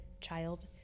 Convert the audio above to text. child